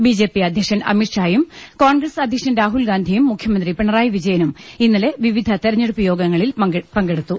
B J P അധ്യക്ഷൻ അമിത്ഷായും കോൺഗ്രസ് അധ്യക്ഷൻ രാഹുൽ ഗാന്ധിയും മുഖ്യമന്ത്രി പിണറായി വിജ യനും ഇന്നലെ വിവിധ തെരഞ്ഞെടുപ്പ് യോഗങ്ങളിൽ പങ്കെടുത്തു